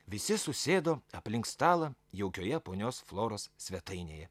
visi susėdo aplink stalą jaukioje ponios floros svetainėje